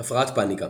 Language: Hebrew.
הפרעת פאניקה